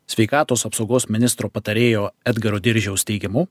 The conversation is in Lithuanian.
sveikatos apsaugos ministro patarėjo edgaro diržiaus teigimu